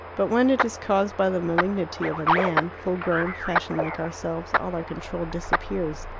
but when it is caused by the malignity of a man, full grown, fashioned like ourselves, all our control disappears.